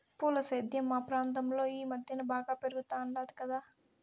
పూల సేద్యం మా ప్రాంతంలో ఈ మద్దెన బాగా పెరిగుండాది కదా